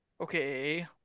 Okay